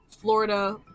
Florida